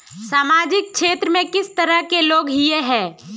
सामाजिक क्षेत्र में किस तरह के लोग हिये है?